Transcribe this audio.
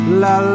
la